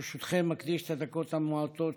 ברשותכם, אקדיש את הדקות המועטות